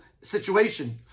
situation